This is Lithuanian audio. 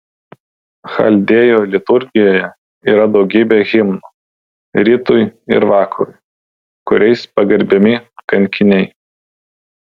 chaldėjų liturgijoje yra daugybė himnų rytui ir vakarui kuriais pagerbiami kankiniai